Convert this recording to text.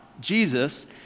jesus